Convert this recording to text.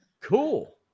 Cool